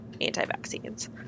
anti-vaccines